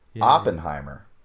Oppenheimer